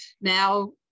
Now